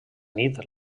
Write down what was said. nit